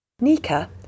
Nika